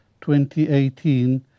2018